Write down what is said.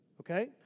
Okay